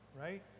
right